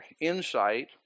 insight